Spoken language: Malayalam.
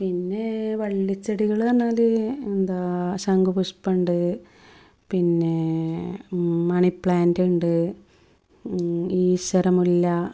പിന്നെ വള്ളിച്ചെടികള് പറഞ്ഞാല് എന്താ ശങ്ക് പുഷ്പമുണ്ട് പിന്നേ മണി പ്ലാന്റ് ഉണ്ട് ഈശര മുല്ല